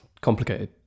complicated